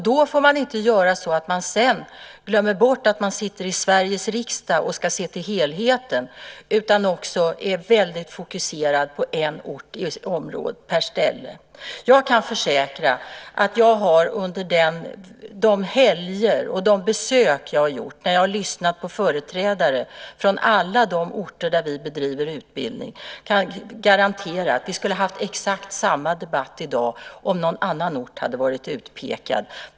Då får man inte glömma bort att man sitter i Sveriges riksdag och ska se till helheten och inte bara vara fokuserad på en ort. Jag har lyssnat på företrädare från alla orter där det bedrivs utbildning under de besök som jag har gjort där, och jag kan garantera att vi skulle ha exakt samma debatt i dag om någon annan ort hade varit utpekad.